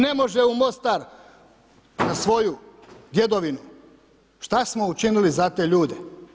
Ne može u Mostar na svoju djedovinu, šta smo učinili za te ljude?